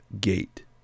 gate